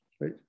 right